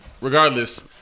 Regardless